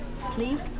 Please